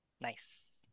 Nice